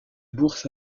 bourse